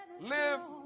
Live